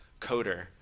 coder